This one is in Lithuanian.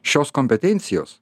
šios kompetencijos